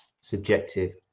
subjective